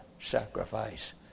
sacrifice